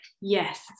yes